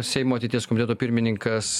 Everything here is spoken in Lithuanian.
seimo ateities komiteto pirmininkas